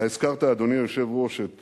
אתה הזכרת, אדוני היושב-ראש, את